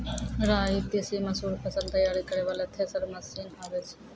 राई तीसी मसूर फसल तैयारी करै वाला थेसर मसीन आबै छै?